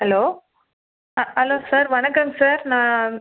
hello hello sir வணக்கங்க sir நான்